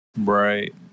right